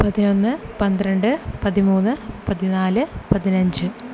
പതിനൊന്ന് പന്ത്രണ്ട് പതിമൂന്ന് പതിനാല് പതിനഞ്ച്